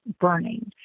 burning